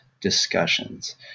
discussions